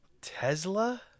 Tesla